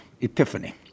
epiphany